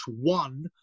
one